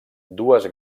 dues